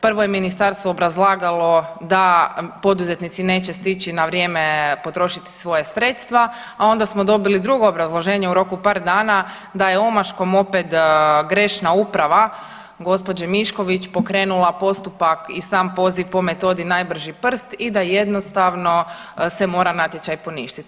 Prvo je ministarstvo obrazlagalo da poduzetnici neće stići na vrijeme potrošiti svoja sredstva, a onda smo dobili drugo obrazloženje u roku par dana da je omaškom opet grešna uprava gospođe Mišković pokrenula postupak i sam poziv po metodi najbrži prst i da jednostavno se mora natječaj poništiti.